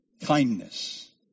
Kindness